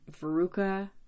Veruca